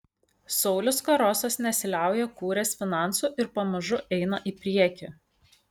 saulius karosas nesiliauja kūręs finansų ir pamažu eina į priekį